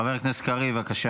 חבר הכנסת קריב, בבקשה.